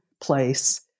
place